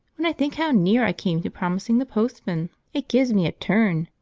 when i think how near i came to promising the postman it gives me a turn.